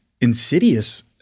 insidious